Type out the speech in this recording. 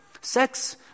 Sex